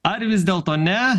ar vis dėlto ne